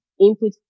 input